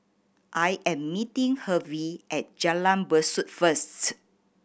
I am meeting Hervey at Jalan Besut first